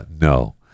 no